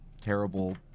terrible